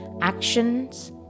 actions